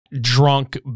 drunk